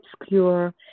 obscure